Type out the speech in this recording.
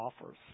offers